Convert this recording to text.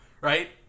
Right